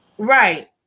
Right